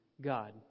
God